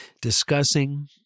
discussing